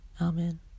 Amen